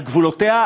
על גבולותיה,